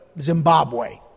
Zimbabwe